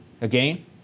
again